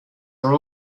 are